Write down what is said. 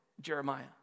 Jeremiah